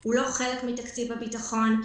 הוא לא חלק מתקציב הביטחון.